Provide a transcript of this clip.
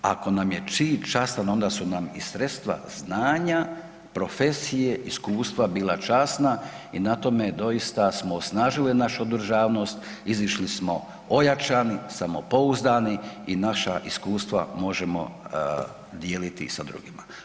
Ako nam je cilj častan, onda su nam i sredstva znanja, profesije, iskustva bila časna i na tome doista smo osnažili našu državnost, izišli smo ojačani, samopouzdani i naša iskustva možemo dijeliti sa drugima.